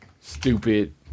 stupid